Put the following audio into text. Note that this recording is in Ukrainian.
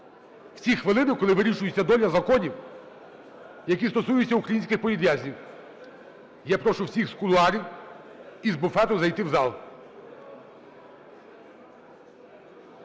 В ці хвилини, коли вирішується доля законів, які стосуються українських політв'язнів, я прошу всіх з кулуарів і з буфету зайти в зал.